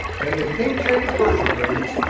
and the king james version reads,